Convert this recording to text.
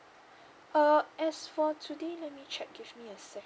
uh as for today let me check give a second